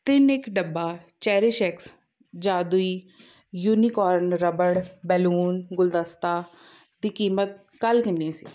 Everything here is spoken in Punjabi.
ਤਿੰਨ ਇੱਕ ਡੱਬਾ ਚੇਰੀਸ਼ ਐਕਸ ਜਾਦੂਈ ਯੂਨੀਕੋਰਨ ਰਬੜ ਬੈਲੂਨ ਗੁਲਦਸਤਾ ਦੀ ਕੀਮਤ ਕੱਲ੍ਹ ਕਿੰਨੀ ਸੀ